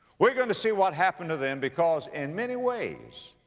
we're going to see what happened to them because in many ways